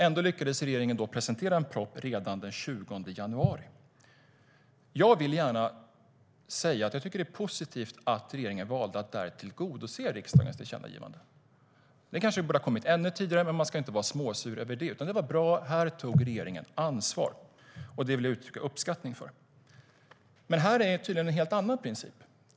Ändå lyckades regeringen presentera en proposition redan den 20 januari. Det är positivt att regeringen valde att där tillgodose riksdagens tillkännagivande. Den kanske borde ha kommit ännu tidigare, men man ska inte vara småsur över det. Det var bra. Regeringen tog ansvar. Och det vill jag uttrycka uppskattning för. Men när det gäller jämställdhetsbonusen gäller tydligen en helt annan princip.